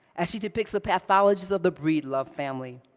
as she depicts the pathologies of the breedlove family,